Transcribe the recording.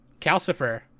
Calcifer